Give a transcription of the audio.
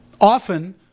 Often